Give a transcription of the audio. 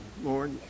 Lord